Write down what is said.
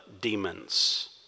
demons